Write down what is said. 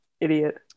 Idiot